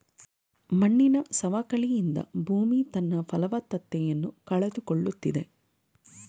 ಮಣ್ಣಿನ ಸವಕಳಿಯಿಂದ ಭೂಮಿ ತನ್ನ ಫಲವತ್ತತೆಯನ್ನು ಕಳೆದುಕೊಳ್ಳುತ್ತಿದೆ